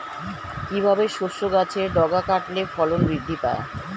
কিভাবে শসা গাছের ডগা কাটলে ফলন বৃদ্ধি পায়?